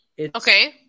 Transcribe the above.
Okay